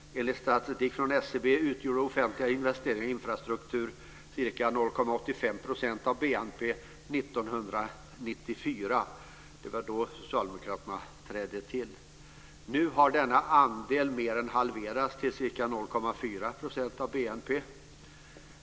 Enligt statistik från SCB utgjorde de offentliga investeringarna i infrastruktur ca 0,85 % av BNP år 1994. Det var då Socialdemokraterna trädde till. Nu har denna andel mer än halverats, till ca 0,4 % av BNP.